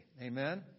Amen